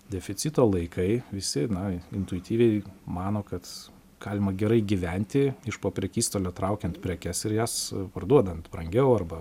deficito laikai visi na intuityviai mano kad galima gerai gyventi iš po prekystalio traukiant prekes ir jas parduodant brangiau arba